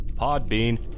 Podbean